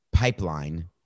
pipeline